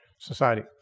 society